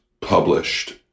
published